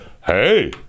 hey